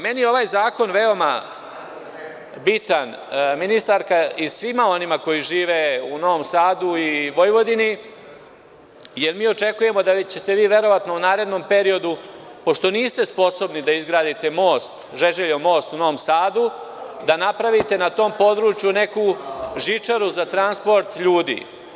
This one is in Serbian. Meni je ovaj zakon veoma bitan, ministarko, i svima onima koji žive u Novom Sadu i Vojvodini, jer mi očekujemo da ćete vi u narednom periodu, pošto niste sposobni da izgradite most, Žeželjev most u Novom Sadu, da napravite na tom području neku žičaru za transport ljudi.